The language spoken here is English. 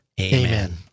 Amen